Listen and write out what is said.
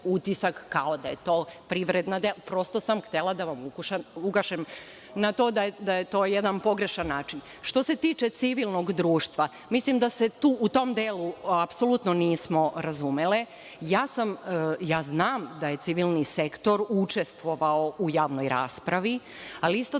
utisak kao da je to privredna delatnost. Prosto sam htela da vam ukažem na to da je to jedan pogrešan način. Što se tiče civilnog društva, mislim da se u tom delu apsolutno nismo razumele. Ja znam da je civilni sektor učestvovao u javnoj raspravi, ali isto